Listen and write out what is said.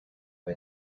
way